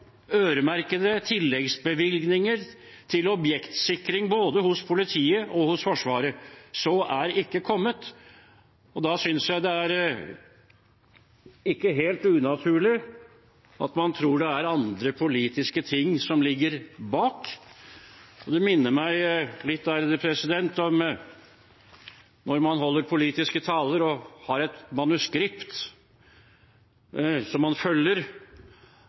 øremerkede tilleggsbevilgninger til objektsikring både hos politiet og hos Forsvaret. Så er ikke kommet, og da synes jeg ikke det er helt unaturlig å tro det er andre politiske ting som ligger bak. Det minner litt om når man holder politiske taler og har et manuskript som man følger,